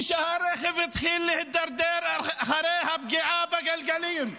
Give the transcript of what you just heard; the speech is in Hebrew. ושהרכב התחיל להידרדר אחרי הפגיעה בגלגלים.